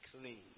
clean